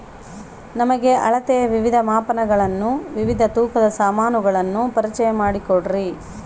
ನಮಗೆ ಅಳತೆಯ ವಿವಿಧ ಮಾಪನಗಳನ್ನು ವಿವಿಧ ತೂಕದ ಸಾಮಾನುಗಳನ್ನು ಪರಿಚಯ ಮಾಡಿಕೊಡ್ರಿ?